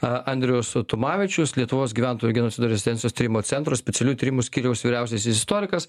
andrius tumavičius lietuvos gyventojų genocido ir rezistencijos tyrimo centro specialiųjų tyrimų skyriaus vyriausiasis istorikas